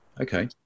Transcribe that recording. Okay